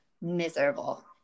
miserable